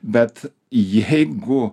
bet jeigu